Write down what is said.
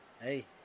Hey